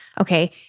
Okay